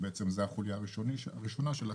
שזה בעצם החוליה הראשונה שלה,